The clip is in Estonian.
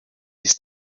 siis